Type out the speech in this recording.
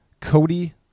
Cody